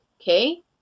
okay